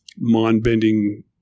mind-bending